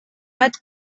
bat